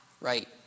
right